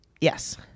yes